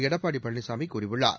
எடப்பாடி பழனிசாமி கூறியுள்ளார்